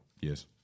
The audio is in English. Yes